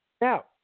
Now